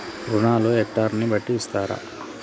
రుణాలు హెక్టర్ ని బట్టి ఇస్తారా?